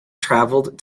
traveled